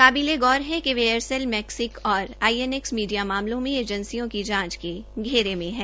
काबिलेगौर है कि वे एयरसेल मैक्स्स और आई एन एक्स मीडिया मामलों में एजेंसियों की जांच के घेरे में है